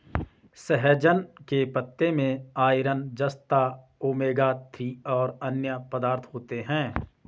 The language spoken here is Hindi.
सहजन के पत्ते में आयरन, जस्ता, ओमेगा थ्री और अन्य पदार्थ होते है